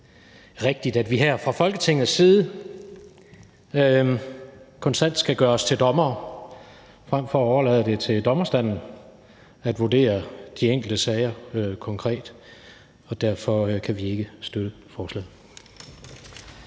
rigtigt, at vi her fra Folketingets side konstant skal gøre os til dommere frem for at overlade det til dommerstanden at vurdere de enkelte sager konkret. Derfor kan vi ikke støtte forslaget.